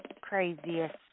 craziest